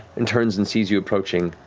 and turns and sees you approaching.